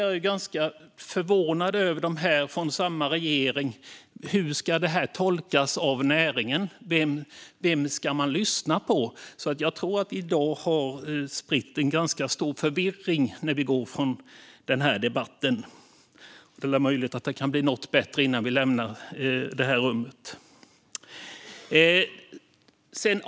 Jag blir ganska förvånad över de här budskapen från två av regeringspartierna. Hur ska det här tolkas av näringen? Vem ska man lyssna på? Jag tror att vi har spridit en ganska stor förvirring när vi går från den här debatten i dag. Möjligen kan det bli något bättre innan vi lämnar denna kammare.